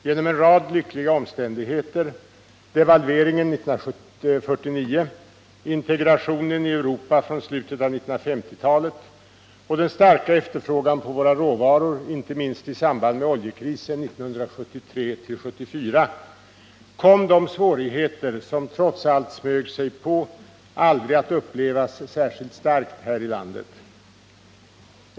Genom en rad lyckliga omständigheter — devalveringen 1949, integrationen i Europa från slutet av 1950-talet och den starka efterfrågan på våra råvaror, inte minst i samband med oljekrisen 1973-1974 — kom de svårigheter, som trots allt smög sig på, aldrig att upplevas särskilt starkt här i landet.